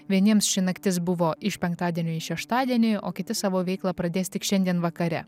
vieniems ši naktis buvo iš penktadienio į šeštadienį o kiti savo veiklą pradės tik šiandien vakare